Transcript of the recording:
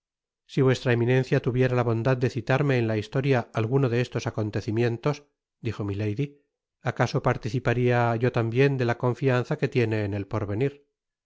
si vuestra eminencia tuviera la bondad de citarme en la historia alguno de estos acontecimientos dijo milady acaso participaria yo tambien dela confianza que tiene en el porvenir